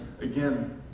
again